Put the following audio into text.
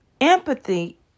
Empathy